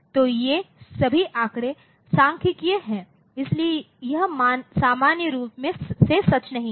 तो ये सभी आकड़े सांख्यिकीय हैं इसलिए यह सामान्य रूप से सच नहीं है